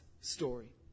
story